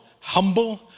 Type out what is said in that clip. humble